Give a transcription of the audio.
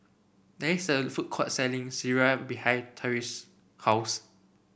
there is a food court selling Sireh behind Tresa's house